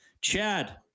Chad